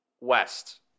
West